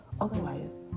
Otherwise